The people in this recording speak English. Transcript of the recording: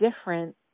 different